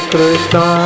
Krishna